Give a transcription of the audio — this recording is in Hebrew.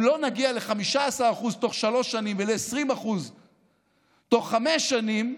אם לא נגיע ל-15% תוך שלוש שנים ול-20% תוך חמש שנים,